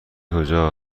کجا